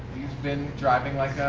been driving like